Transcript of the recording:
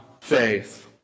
faith